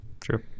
True